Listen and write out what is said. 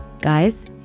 Guys